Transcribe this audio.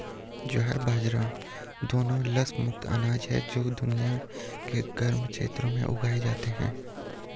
ज्वार बाजरा दोनों लस मुक्त अनाज हैं जो दुनिया के गर्म क्षेत्रों में उगाए जाते हैं